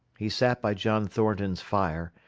he sat by john thornton's fire,